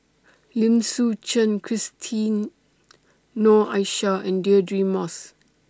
Lim Suchen Christine Noor Aishah and Deirdre Moss